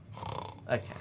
Okay